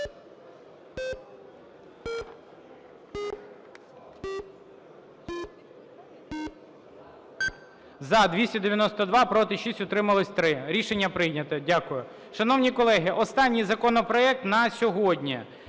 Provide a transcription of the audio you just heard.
За-292 Проти – 6, утримались – 3. Рішення прийнято. Дякую. Шановні колеги, останній законопроект на сьогодні.